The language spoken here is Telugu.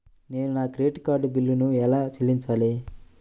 నేను నా క్రెడిట్ కార్డ్ బిల్లును ఎలా చెల్లించాలీ?